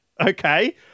Okay